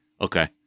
Okay